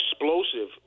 explosive